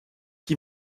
qui